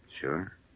Sure